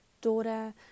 daughter